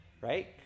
Right